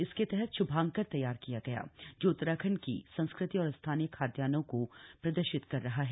इसके तहत श्भांकर तैयार किया गया जो उत्तराखंड की संस्कृति और स्थानीय खाद्यानों को प्रदर्शित कर रहा है